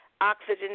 oxygen